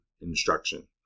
instruction